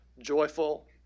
joyful